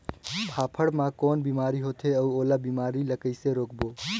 फाफण मा कौन बीमारी होथे अउ ओला बीमारी ला कइसे रोकबो?